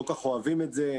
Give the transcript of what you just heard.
לא כל כך אוהבים את זה.